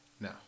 No